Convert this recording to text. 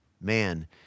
man